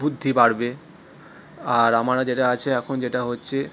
বুদ্ধি বাড়বে আর আমারা যেটা আছে এখন যেটা হচ্ছে